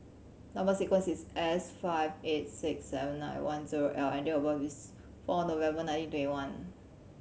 number sequence is S five eight six seven nine one zero L and date of birth is four November nineteen twenty one